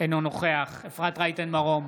אינו נוכח אפרת רייטן מרום,